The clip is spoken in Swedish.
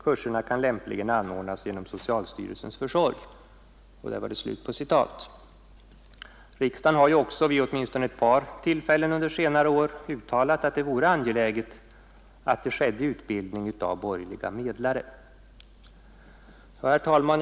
Kurserna kan lämpligen anordnas genom socialstyrelsens försorg.” Riksdagen har ju också vid åtminstone ett par tillfällen under senare år uttalat att det vore angeläget att det skedde utbildning av borgerliga medlare. Herr talman!